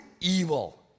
evil